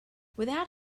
without